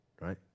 right